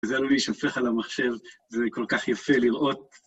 זה עלול להישפך על המחשב, זה כל כך יפה לראות.